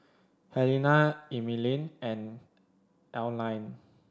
Helena Emeline and Aline